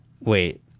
Wait